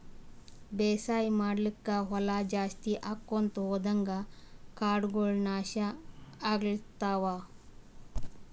ಬೇಸಾಯ್ ಮಾಡ್ಲಾಕ್ಕ್ ಹೊಲಾ ಜಾಸ್ತಿ ಆಕೊಂತ್ ಹೊದಂಗ್ ಕಾಡಗೋಳ್ ನಾಶ್ ಆಗ್ಲತವ್